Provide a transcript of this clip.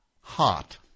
Hot